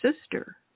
Sister